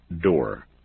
door